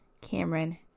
Cameron